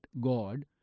God